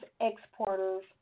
exporters